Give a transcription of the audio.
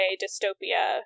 dystopia